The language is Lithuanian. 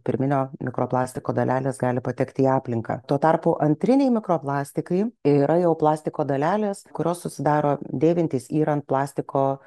pirminio mikroplastiko dalelės gali patekti į aplinką tuo tarpu antriniai mikroplastikai yra jau plastiko dalelės kurios susidaro dėvintis yrant plastiko